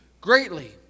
greatly